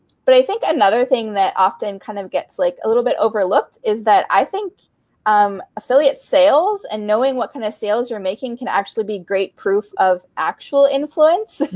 but i think another thing that often kind of gets like a little bit overlooked is that i think um affiliate sales and knowing what kind of sales you're making can actually be great proof of actual influence.